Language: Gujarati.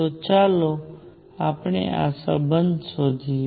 તો ચાલો આપણે આ સંબંધ શોધીએ